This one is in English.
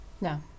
No